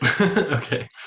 Okay